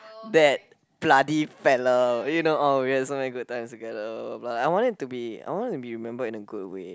that bloody fella you know oh we had so many good times together I want it to be I want to be remembered in a good way